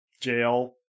jail